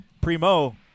primo